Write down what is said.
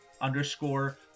underscore